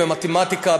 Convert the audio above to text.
במתמטיקה,